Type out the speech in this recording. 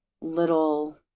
little